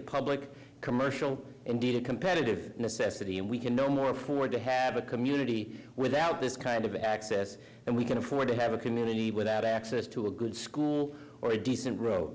a public commercial indeed a competitive necessity and we can no more forward to have a community without this kind of access and we can afford to have a community without access to a good school or a decent growth